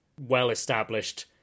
well-established